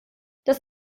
das